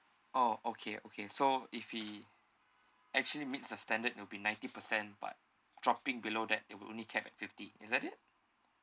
oh okay okay so if he actually meets the standard it will be ninety percent but dropping below that it will only capped at fifty is that it